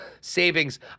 savings